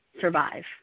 survive